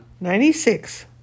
Ninety-six